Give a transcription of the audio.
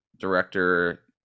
Director